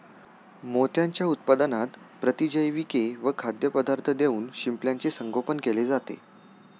मोत्यांच्या उत्पादनात प्रतिजैविके व खाद्यपदार्थ देऊन शिंपल्याचे संगोपन केले जाते